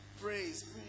praise